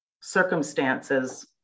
circumstances